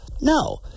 No